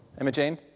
Emma-Jane